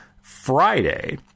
Friday